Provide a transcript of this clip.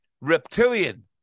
reptilian